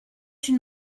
une